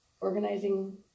organizing